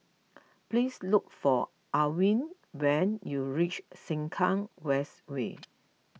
please look for Alwin when you reach Sengkang West Way